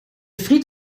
friet